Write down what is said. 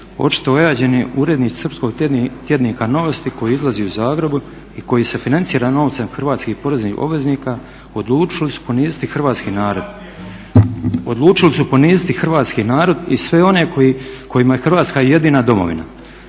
očito ojađeni urednici srpskog tjednika Novosti koji izlazi u Zagrebu i koji se financira novcem hrvatskih poreznih obveznika odlučili su poniziti hrvatski narod, odlučili su poniziti hrvatski narod i